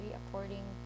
according